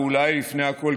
ואולי לפני הכול,